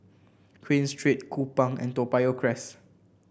Queen Street Kupang and Toa Payoh Crest